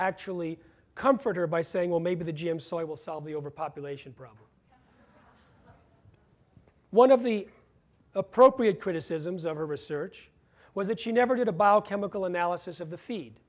actually comfort her by saying well maybe the gym soil will solve the overpopulation problem one of the appropriate criticisms of her research was that she never did a biochemical analysis of the feed